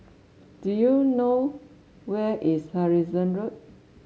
do you know where is Harrison Road